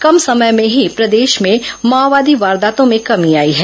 कम समय में ही प्रदेश में माओवादी वारदातों में कमी आई है